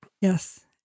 Yes